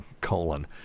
colon